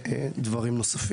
ודברים נוספים.